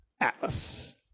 Atlas